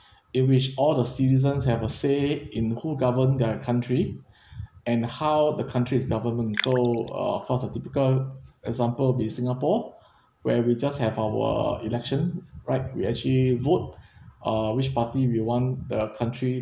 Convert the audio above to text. in which all the citizens have a say in who govern their country and how the country's government so uh of course a typical example be singapore where we just have our election right we actually vote uh which party we want the country